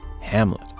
Hamlet